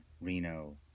Reno